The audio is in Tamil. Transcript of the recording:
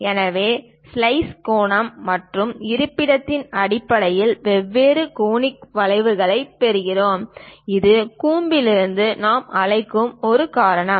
எனவே ஸ்லைஸ் கோணம் மற்றும் இருப்பிடத்தின் அடிப்படையில் வெவ்வேறு கோனிக் வளைவுகளைப் பெறுகிறோம் அது கூம்பிலிருந்து நாம் அழைக்கும் ஒரு காரணம்